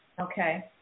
okay